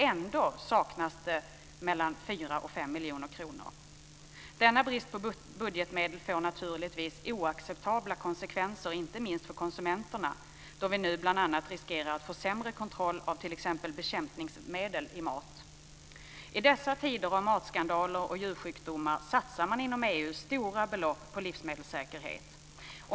Ändå saknas mellan 4 och 5 miljoner kronor! Denna brist på budgetmedel får naturligtvis oacceptabla konsekvenser, inte minst för konsumenterna, då vi nu bl.a. riskerar att få sämre kontroll av t.ex. bekämpningsmedel i mat. I dessa tider av matskandaler och djursjukdomar satsar man inom EU stora belopp på livsmedelssäkerhet.